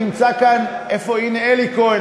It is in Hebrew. נמצא כאן אלי כהן,